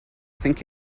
think